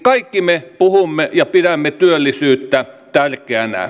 kaikki me pidämme työllisyyttä tärkeänä